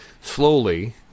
Slowly